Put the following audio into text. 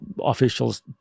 officials